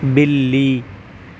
بلی